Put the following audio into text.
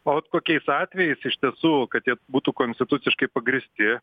o vat kokiais atvejais iš tiesų kad jie būtų konstituciškai pagrįsti